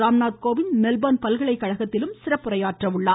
Ram Nath Kovind Melbourne பல்கலைக்கழகத்திலும் சிறப்புரையாற்றுகிறார்